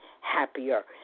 happier